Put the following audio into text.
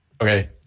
Okay